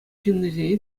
ҫыннисене